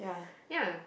yeah